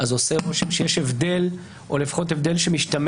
עושה רושם שיש הבדל או לפחות הבדל שמשתמע